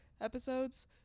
episodes